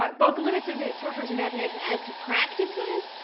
um both the limits of the torturer's imagination as to practices,